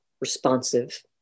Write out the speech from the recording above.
responsive